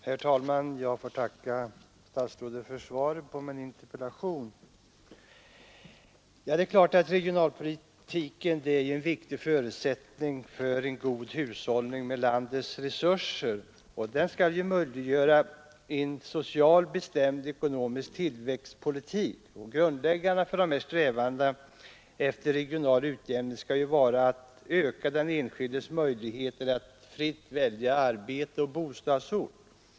Herr talman! Jag får tacka statsrådet för svaret på min interpellation. Regionalpolitik är en viktig förutsättning för en god hushållning med landets resurser. Den skall möjliggöra en socialt bestämd ekonomisk tillväxtpolitik. Grundläggande för strävandena efter regional utjämning skall vara att öka den enskildes möjligheter att fritt välja arbete och bostadsort.